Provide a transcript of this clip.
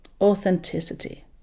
authenticity